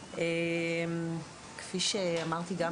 כפי שאמרתי גם